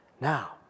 Now